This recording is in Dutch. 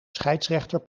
scheidsrechter